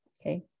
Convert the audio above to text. Okay